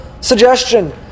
suggestion